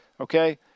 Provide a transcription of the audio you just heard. okay